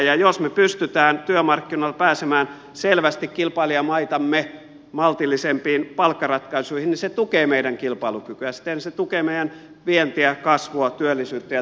ja jos me pystymme työmarkkinoilla pääsemään selvästi kilpailijamaitamme maltillisempiin palkkaratkaisuihin niin se tukee meidän kilpailukykyä ja siten se tukee meidän vientiä kasvua työllisyyttä ja toimeentuloa